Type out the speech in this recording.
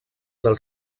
del